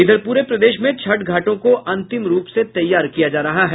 इधर पूरे प्रदेश में छठ घाटों को अंतिम रूप से तैयार किया जा रहा है